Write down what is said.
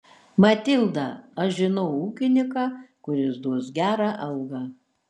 matilda aš žinau ūkininką kuris duos gerą algą